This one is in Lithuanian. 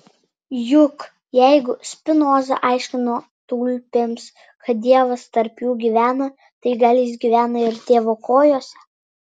juk jeigu spinoza aiškino tulpėms kad dievas tarp jų gyvena tai gal jis gyvena ir tėvo kojose